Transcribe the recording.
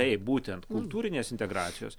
taip būtent kultūrinės integracijos